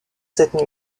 cette